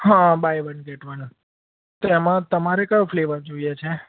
હા buy one get one આવે એમાં તમારે કયો ફ્લેવોઉર જોઈએ છે